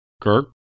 Kirk